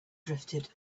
drifted